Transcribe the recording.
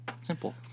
Simple